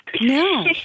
No